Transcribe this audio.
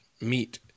meet –